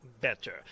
better